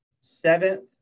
seventh